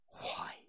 Why